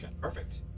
Perfect